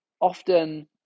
often